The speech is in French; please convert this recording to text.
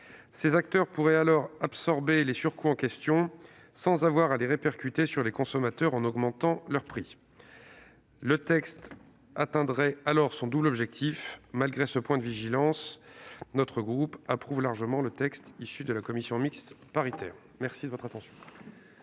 Ces acteurs pourraient alors absorber les surcoûts en question sans avoir à les répercuter sur les consommateurs en augmentant leurs prix. Le texte atteindrait alors son double objectif. Malgré ce point de vigilance, le groupe Les Indépendants approuve largement le texte issu des travaux de la commission mixte paritaire. La parole est